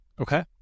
Okay